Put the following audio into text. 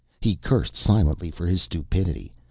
he cursed silently for his stupidity,